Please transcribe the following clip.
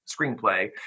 screenplay